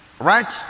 Right